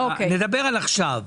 נדבר על עכשיו.